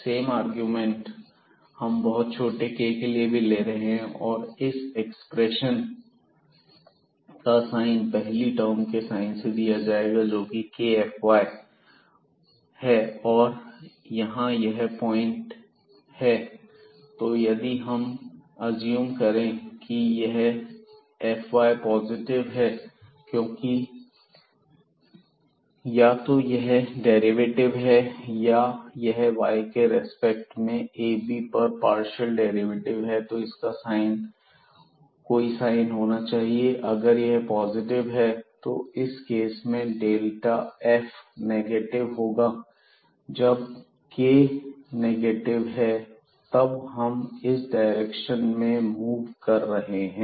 same argument हम बहुत छोटे k के लिए भी ले रहे हैं और इस एक्सप्रेशन का साइन पहली टर्म के साइन से दिया जाएगा जोकि kfyab है और यहां यह पॉइंट है तो यदि हम असुम करें की यह fyab पॉजिटिव है क्योंकि या तो यह डेरिवेटिव है या यह y के रिस्पेक्ट में ab पर पार्शियल डेरिवेटिव है तो इसका कोई साइन होना चाहिए अगर यह पॉजिटिव है तो इस केस में डेल्टा f नेगेटिव होगा जब k नेगेटिव है तब हम इस डायरेक्शन में मूव कर रहे हैं